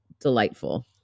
Delightful